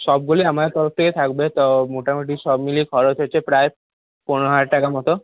সবগুলি আমাদের তরফ থেকে থাকবে তো মোটামোটি সব মিলিয়ে খরচ হচ্ছে প্রায় পনেরো হাজার টাকার মতো